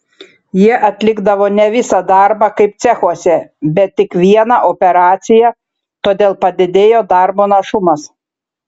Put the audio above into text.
jie atlikdavo ne visą darbą kaip cechuose bet tik vieną operaciją todėl padidėjo darbo našumas